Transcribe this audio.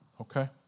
okay